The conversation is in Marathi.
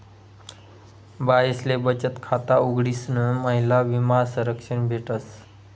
बाईसले बचत खाता उघडीसन महिला विमा संरक्षा भेटस